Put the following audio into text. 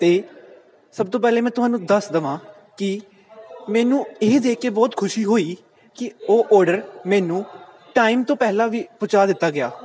ਅਤੇ ਸਭ ਤੋਂ ਪਹਿਲੇ ਮੈਂ ਤੁਹਾਨੂੰ ਦੱਸ ਦੇਵਾਂ ਕਿ ਮੈਨੂੰ ਇਹ ਦੇਖ ਕੇ ਬਹੁਤ ਖੁਸ਼ੀ ਹੋਈ ਕਿ ਉਹ ਔਡਰ ਮੈਨੂੰ ਟਾਈਮ ਤੋਂ ਪਹਿਲਾਂ ਵੀ ਪਹੁੰਚਾ ਦਿੱਤਾ ਗਿਆ